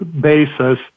basis